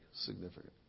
significant